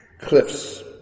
cliffs